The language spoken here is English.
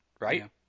right